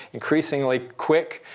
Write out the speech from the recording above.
increasingly quick,